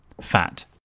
Fat